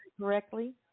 correctly